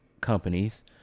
companies